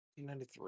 1993